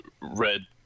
red